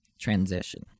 transition